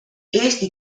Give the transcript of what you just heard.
eesti